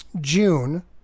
June